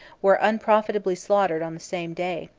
were unprofitably slaughtered on the same day.